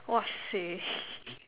!wahseh!